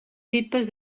pipes